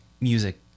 music